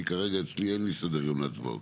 אני כרגע אצלי אין לי סדר יום להצבעות.